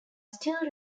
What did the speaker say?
still